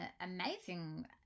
amazing